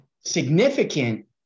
Significant